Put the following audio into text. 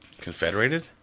Confederated